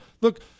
look